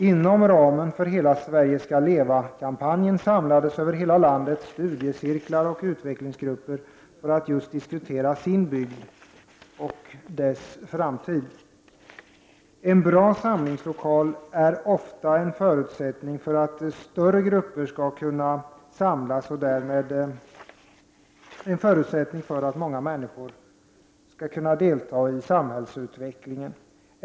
Inom ramen för kampanjen ”Hela Sverige skall leva” samlades över hela landet studiecirklar och utvecklingsgrupper för att diskutera landsbygd och dess framtid. En bra samlingslokal är ofta en förutsättning för att större grupper skall kunna samlas och därmed en förutsättning för att många människor skall kunna delta i samhällsutvecklingen.